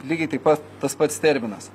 lygiai taip pat tas pats terminas